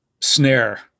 snare